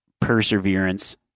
perseverance